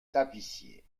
tapissiers